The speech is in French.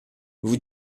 vous